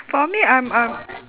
for me I'm I'm